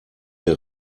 der